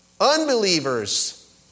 unbelievers